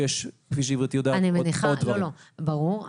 ברור,